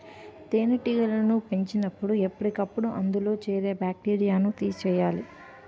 తేనెటీగలను పెంచినపుడు ఎప్పటికప్పుడు అందులో చేరే బాక్టీరియాను తీసియ్యాలి